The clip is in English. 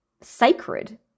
sacred